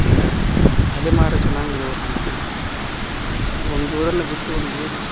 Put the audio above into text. ಈಗ ಅಲೆಮಾರಿ ಜನಾಂಗದವ್ರು ನಾವು ಯಾಕಂದ್ರ ಒಂದೂರನ್ನ ಬಿಟ್ಟು ಒಂದೂರು